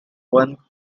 one